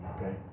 Okay